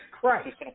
Christ